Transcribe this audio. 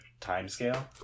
timescale